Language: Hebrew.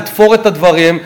נתפור את הדברים,